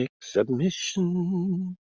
submission